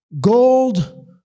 gold